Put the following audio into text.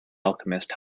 alchemist